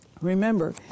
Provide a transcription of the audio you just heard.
Remember